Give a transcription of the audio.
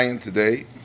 today